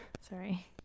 Sorry